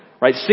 right